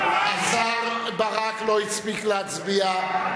השר ברק לא הספיק להצביע,